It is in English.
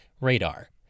radar